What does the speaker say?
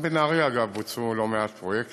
גם בנהריה, אגב, בוצעו לא מעט פרויקטים.